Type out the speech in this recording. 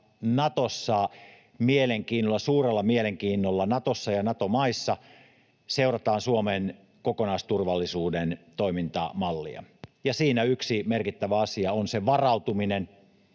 suurella mielenkiinnolla Natossa ja Nato-maissa seurataan, Suomen kokonaisturvallisuuden toimintamallia, ja siinä yksi merkittävä asia on varautuminen,